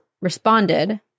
responded